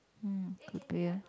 mm could be ah